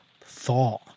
thaw